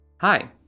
Hi